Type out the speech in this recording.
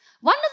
One